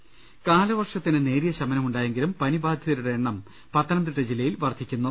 ് കാലവർഷത്തിന് നേരിയ ശമനം ഉണ്ടായെങ്കിലും പനി ബാധി തരുടെ എണ്ണം പത്തനംതിട്ട ജില്ലയിൽ വർദ്ധിക്കുന്നു